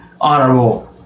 honorable